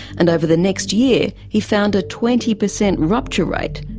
and over the next year, he found a twenty per cent rupture rate,